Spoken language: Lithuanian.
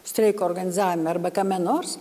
streiko organizavime arba kame nors